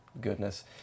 goodness